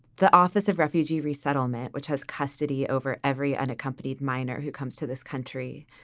the office of refugee resettlement, which has custody over every unaccompanied minor who comes to this country,